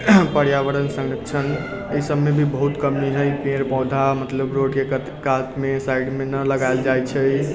पर्यावरण संरक्षण अय सबमे भी बहुत कमी हय ई पेड़ पौधा मतलब रोडके कातमे साइडमे नहि लगायल जाइ छै